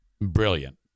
brilliant